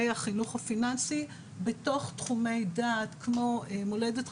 החינוך הפיננסי בתוך תחומי דעת כמו מולדת,